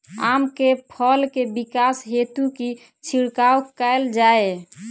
आम केँ फल केँ विकास हेतु की छिड़काव कैल जाए?